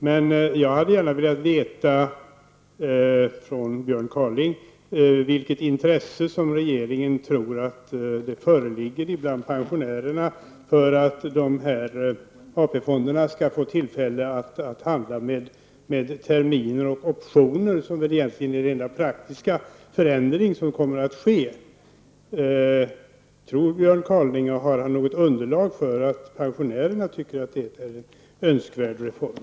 Men jag skulle vilja höra från Björn Kaaling vilket intresse regeringen tror föreligger bland pensionärerna för att AP-fonderna skall få tillfälle att handla med terminer och optioner, som egentligen är den enda praktiska förändring som kommer att ske. Tror Björn Kaaling och har han något underlag för att pensionärerna tycker att det är en önskvärd reform?